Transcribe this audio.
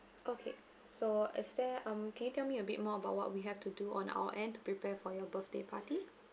okay so is there um can you tell me a bit more about what we have to do on our end to prepare for your birthday party